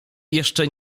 jeszcze